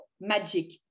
magic